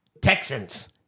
Texans